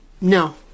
No